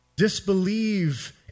Disbelieve